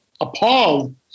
appalled